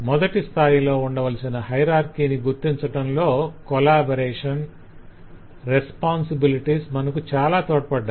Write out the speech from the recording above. మొదటి స్థాయిలో ఉండవలసిన హయరార్కి ని గుర్తించటంలో కొలాబరేషన్ రెస్పొంసిబిలిటీస్ మనకు చాలా తోడ్పడ్డాయి